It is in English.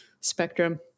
spectrum